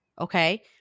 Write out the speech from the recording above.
Okay